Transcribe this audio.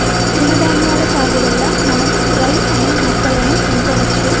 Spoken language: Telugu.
తృణధాన్యాల సాగు వల్ల మనం రై అనే మొక్కలను పెంచవచ్చు